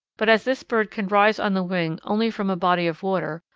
but, as this bird can rise on the wing only from a body of water,